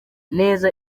neza